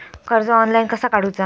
कर्ज ऑनलाइन कसा काडूचा?